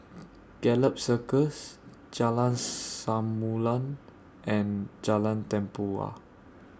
Gallop Circus Jalan Samulun and Jalan Tempua